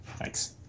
Thanks